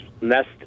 nest